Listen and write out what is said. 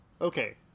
Okay